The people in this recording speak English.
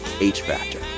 H-Factor